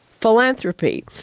philanthropy